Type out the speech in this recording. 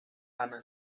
ana